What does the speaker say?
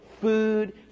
food